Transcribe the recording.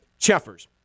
Cheffers